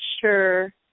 sure